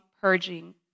purging